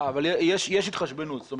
אבל יש התחשבנות?